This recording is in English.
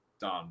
done